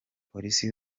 polisi